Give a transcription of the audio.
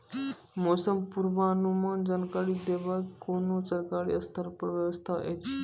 मौसम पूर्वानुमान जानकरी देवाक कुनू सरकारी स्तर पर व्यवस्था ऐछि?